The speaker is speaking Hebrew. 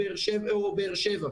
או באר שבע,